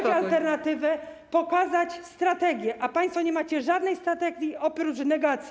dać alternatywę, pokazać strategię, a państwo nie macie żadnej strategii oprócz negacji.